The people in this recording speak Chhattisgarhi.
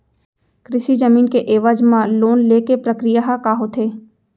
कृषि जमीन के एवज म लोन ले के प्रक्रिया ह का होथे?